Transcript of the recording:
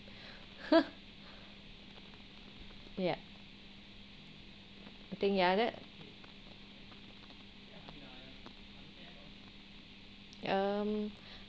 !huh! ya I think ya that um